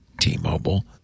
T-Mobile